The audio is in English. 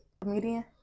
Comedian